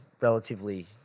relatively